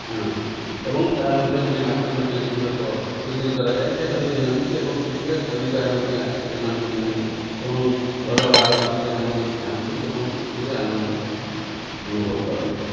ଆଣନ୍ତି ଏବଂ ତା ମଧ୍ୟରୁ ସେ ମାଛକୁ ମଧ୍ୟ କିଛି ଲୋକ ବିକ୍ରି କରାଯାଏ ସେମାନେ ନିଅନ୍ତି ଏବଂ ପ୍ରତ୍ୟେକ ପରିବାର ମଧ୍ୟ ଆସିକି ସେମାନଙ୍କୁ ନିଅନ୍ତି ଏବଂ ଭଲ ବାର ଦେଖି ସେମାନେ ନେଇ ଖାଆନ୍ତି ଏବଂ ଖୁସିରେ ଆନନ୍ଦ ଅନୁଭବ କରନ୍ତି